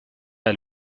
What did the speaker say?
del